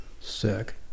sick